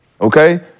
Okay